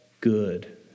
good